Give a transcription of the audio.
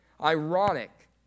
ironic